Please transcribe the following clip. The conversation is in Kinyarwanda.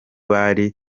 bari